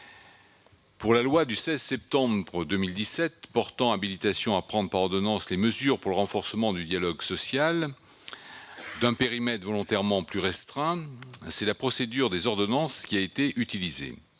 Pour la loi du 15 septembre 2017 d'habilitation à prendre par ordonnances les mesures pour le renforcement du dialogue social, d'un périmètre volontairement plus restreint, la procédure des ordonnances a été utilisée.